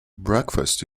breakfast